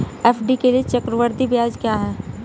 FD के लिए चक्रवृद्धि ब्याज क्या है?